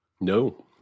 no